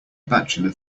bachelor